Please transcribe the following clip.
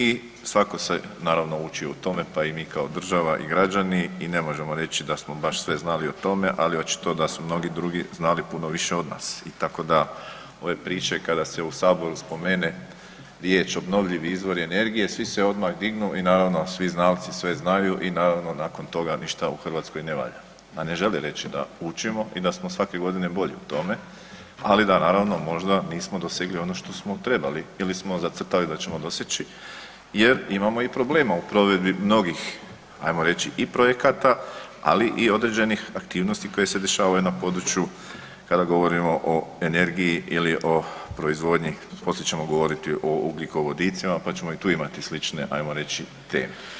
I svako se naravno učio u tome, pa i mi kao država i građani i ne možemo reći da smo baš sve znali o tome, ali očito da su mnogi drugi znali puno više od nas i tako da ove priče kada se u saboru spomene riječ „obnovljivi izvori energije“ svi se odmah dignu i naravno svi znalci sve znaju i naravno nakon toga ništa u Hrvatskoj ne valja, a ne žele reći da učimo i da smo svake godine bolji u tome, ali da naravno možda nismo dosegli ono što smo trebali ili smo zacrtali da ćemo doseći jer imamo i problema u provedbi mnogih ajmo reći i projekata, ali i određenih aktivnosti koje se dešavaju na području kada govorimo o energiji ili o proizvodnji, poslije ćemo govoriti o ugljikovodicima, pa ćemo i tu imati slične, ajmo reći, teme.